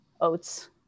oats